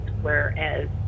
whereas